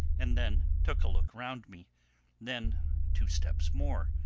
and then took a look round me then two steps more,